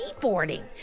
Skateboarding